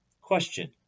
Question